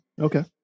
Okay